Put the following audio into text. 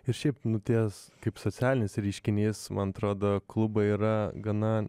ir šiaip nu tie kaip socialinis reiškinys man atrodo klubai yra gana